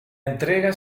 entrega